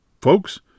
Folks